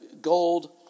gold